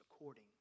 according